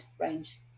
range